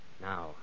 Now